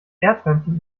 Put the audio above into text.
erdhörnchen